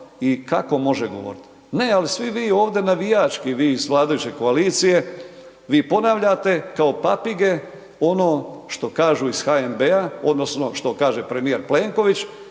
i kako može govoriti. Ne, ali svi vi ovdje navijački, vi iz vladajuće koalicije, vi ponavljate kao papige ono što kažu iz HNB-a, odnosno što kaže premijer Plenković